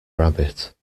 rabbit